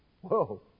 Whoa